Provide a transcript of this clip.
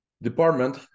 department